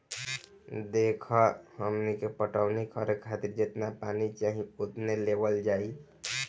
देखऽ हमनी के पटवनी करे खातिर जेतना पानी चाही ओतने लेवल जाई